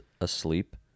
asleep